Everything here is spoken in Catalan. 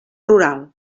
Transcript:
rural